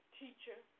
teacher